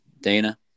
Dana